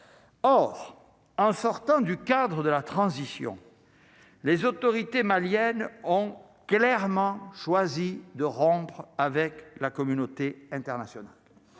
En sortant du cadre de la transition, les autorités maliennes ont clairement choisi de rompre avec la communauté internationale,